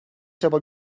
çaba